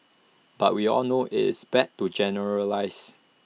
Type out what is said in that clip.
but we all know it's bad to generalise